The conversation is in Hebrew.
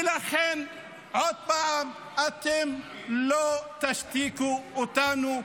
ולכן עוד פעם, אתם לא תשתיקו אותנו.